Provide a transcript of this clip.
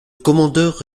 commandeur